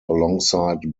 alongside